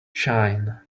shine